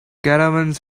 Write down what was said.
caravans